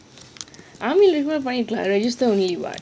army இருக்கும் போது பண்ணிருக்கலாம்:irukkum pothu pannirukkalaam register only [what]